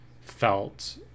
felt